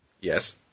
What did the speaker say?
Yes